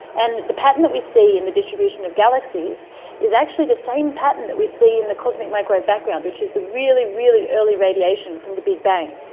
and the pattern that we see in the distribution of galaxies is actually the same pattern that we see in the cosmic microwave background, which is the really, really early radiation from the big bang.